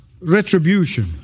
retribution